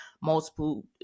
Multiple